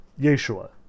Yeshua